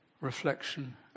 reflection